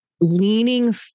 leaning